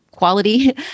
Quality